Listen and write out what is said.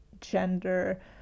gender